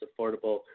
affordable